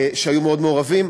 שהיו מאוד מעורבים,